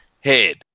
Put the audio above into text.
head